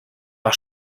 war